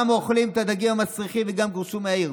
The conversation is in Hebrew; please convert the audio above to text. גם אכלו את הדגים המסריחים וגם גורשו מהעיר.